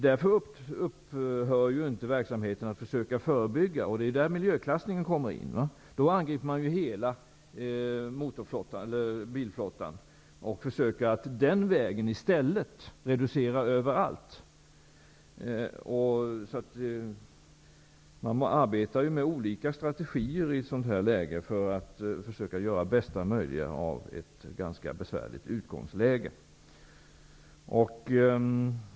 Men med detta upphör ju inte strävandena att försöka förebygga, och det är där som miljöklassningen kommer in. Man angriper då hela bilbeståndet och försöker att på den vägen i stället reducera överallt. Man arbetar alltså i ett sådant här läge med olika strategier för att försöka göra det bästa möjliga av ett ganska besvärligt läge.